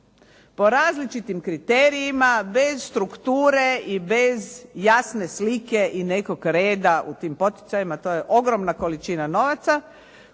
Po različitim kriterijima, bez strukture i bez jasne slike i nekog reda u tim poticajima, to je ogromna količina novaca